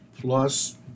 plus